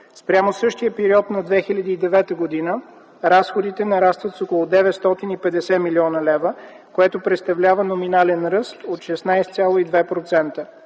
Спрямо същия период на 2009 г. разходите нарастват с около 950 млн. лв., което представлява номинален ръст от 16,2%.